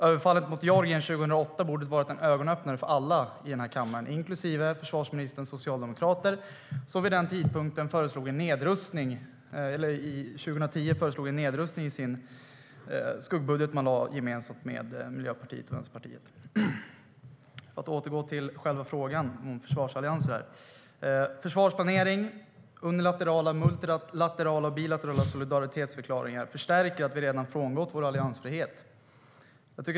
Överfallet på Georgien 2008 borde ha varit en ögonöppnare för alla i kammaren, inklusive försvarsministerns socialdemokrater som 2010 föreslog en nedrustning i den skuggbudget man lade fram tillsammans med Miljöpartiet och Vänsterpartiet. Låt mig återgå till frågan om försvarsallianser. Försvarsplanering och unilaterala, multilaterala och bilaterala solidaritetsförklaringar förstärker att vi redan har frångått vår alliansfrihet.